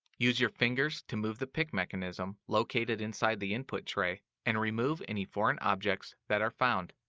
use your fingers to move the pick mechanism located inside the input tray and remove any foreign objects that are found.